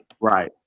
Right